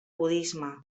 budisme